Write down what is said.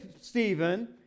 Stephen